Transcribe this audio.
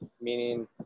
meaning